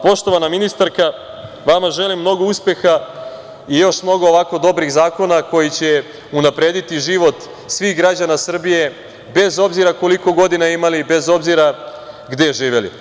Poštovana ministarka, vama želim puno uspeha i još mnogo ovako dobrih zakona koji će unaprediti život svih građana Srbije, bez obzira koliko godina imali i bez obzira gde živeli.